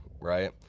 right